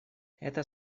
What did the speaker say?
это